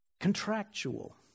Contractual